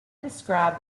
described